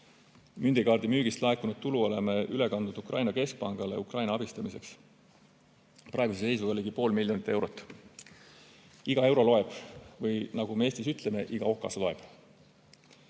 Mündikaardi müügist laekunud tulu oleme üle kandnud Ukraina keskpangale Ukraina abistamiseks, praeguse seisuga ligi pool miljonit eurot. Iga euro loeb või nagu me Eestis ütleme, iga okas